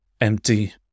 Empty